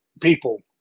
people